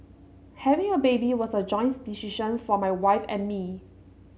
having a baby was a joint decision for my wife and me